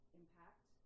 impact